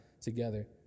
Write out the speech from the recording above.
together